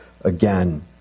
again